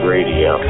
Radio